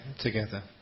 together